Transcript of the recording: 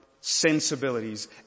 sensibilities